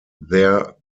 their